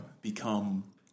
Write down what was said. become